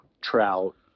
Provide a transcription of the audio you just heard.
trout